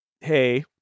Hey